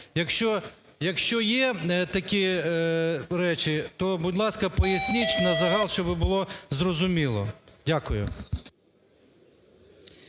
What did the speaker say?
Якщо є такі речі, то, будь ласка, поясніть назагал, щоб було зрозуміло. Дякую.